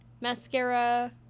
mascara